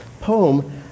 poem